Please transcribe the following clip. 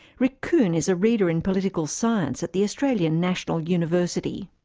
rick kuhn is a reader in political science at the australian national university.